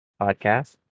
podcast